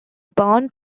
born